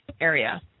area